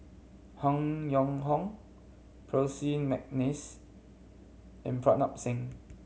Han Yong Hong Percy McNeice and Pritam Singh